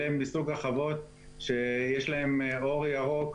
אלה הן מסוג החוות שיש להן אור ירוק,